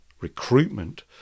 recruitment